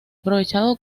aprovechado